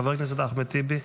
חבר הכנסת אחמד טיבי,